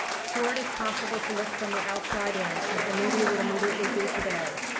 sure, it is possible to look from the outside in, as the media would immediately do today,